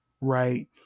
Right